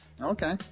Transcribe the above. Okay